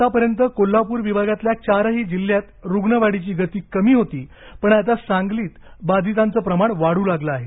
आतापर्यंत कोल्हापूर विभागातल्या चारही जिल्ह्यात रुग्णवाढीची गती कमी होती पण आता सांगलीत बाधितांचं प्रमाण वाढू लागलं आहे